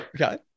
Okay